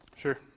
Sure